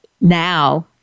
now